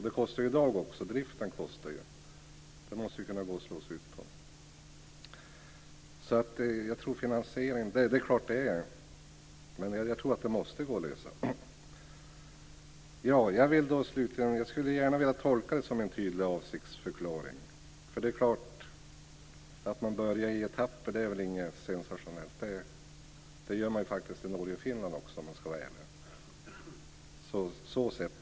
Det kostar i dag också, driften kostar. Den kostnaden måste kunna spridas. Jag tror att det måste gå att lösa finansieringen. Slutligen skulle jag vilja tolka det som en tydlig avsiktsförklaring. Att man börjar i etapper är inget sensationellt. Det gör man faktiskt i Norge och Finland också, om jag ska vara ärlig.